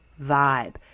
vibe